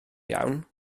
iawn